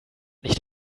nicht